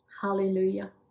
Hallelujah